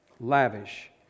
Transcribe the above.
Lavish